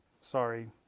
Sorry